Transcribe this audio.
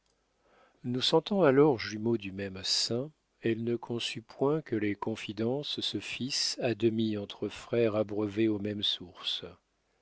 nous sentant alors jumeaux du même sein elle ne conçut point que les confidences se fissent à demi entre frères abreuvés aux même sources